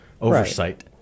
oversight